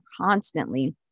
constantly